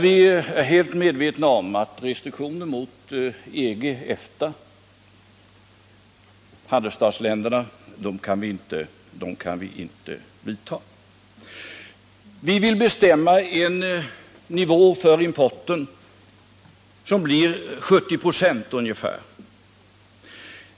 Vi är helt medvetna om att restriktioner mot EG/EFTA, handelsstatsländerna, kan vi inte vidta. Vi vill bestämma en nivå för importen som blir ungefär 70 96.